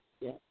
yes